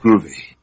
Movie